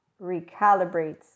recalibrates